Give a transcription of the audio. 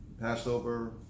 Passover